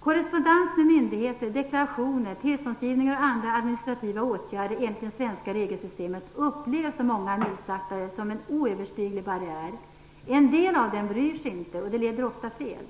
Korrespondens med myndigheter, deklarationer, tillståndsgivningar och andra administrativa åtgärder i det svenska regelsystemet, upplevs av många som nystartare som en oöverstiglig barriär. En del bryr sig inte, och det leder ofta fel.